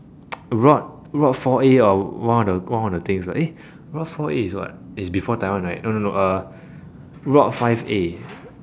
rot rot four a or one of the one of the things right eh rot four a is what is before Taiwan right no no no uh rot five A